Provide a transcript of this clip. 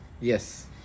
Yes